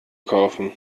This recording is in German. kaufen